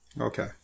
Okay